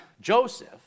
Joseph